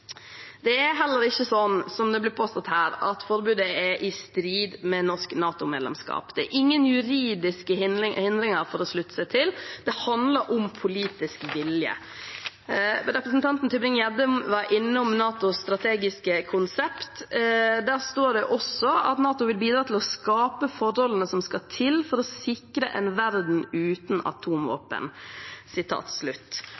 Det er heller ikke sånn, som det blir påstått her, at forbudet er i strid med norsk NATO-medlemskap. Det er ingen juridiske hindringer for å slutte seg til. Det handler om politisk vilje. Representanten Tybring-Gjedde var innom NATOs strategiske konsept. Der står det også at NATO vil bidra til å skape forholdene som skal til for å sikre en verden uten